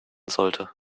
sollte